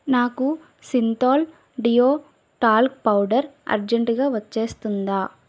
నాకు Cinthol deo talc powder అర్జెంటుగా వచ్చేస్తుందా